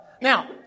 Now